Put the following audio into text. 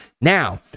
Now